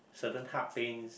certain